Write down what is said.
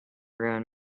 ruin